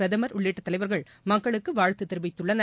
பிரதமர் உள்ளிட்ட தலைவர்கள் மக்களுக்கு வாழ்த்துகளை தெரிவித்துள்ளனர்